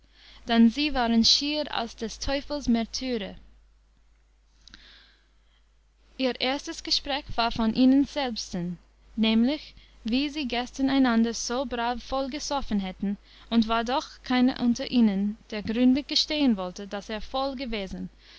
dann sie waren schier alle des teufels märtyrer ihr erstes gespräch war von ihnen selbsten nämlich wie sie gestern einander so brav vollgesoffen hätten und war doch keiner unter ihnen der gründlich gestehen wollte daß er voll gewesen